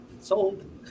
sold